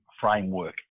Framework